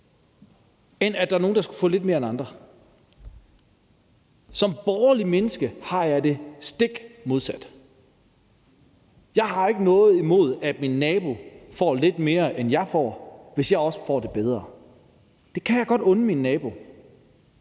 til at nogle skulle få lidt mere end andre. Som borgerligt menneske har jeg det stik modsat. Jeg har ikke noget imod, at min nabo får lidt mere, end jeg får, hvis jeg også får det bedre. Det kan jeg godt unde min nabo,